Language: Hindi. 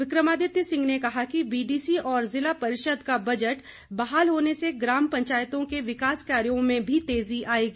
विक्रमादित्य सिंह ने कहा कि बीडीसी और जिला परिषद का बजट बहाल होने से ग्राम पंचायतों के विकास कार्यों में भी तेजी आएगी